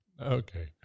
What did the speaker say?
Okay